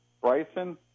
Bryson